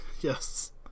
Yes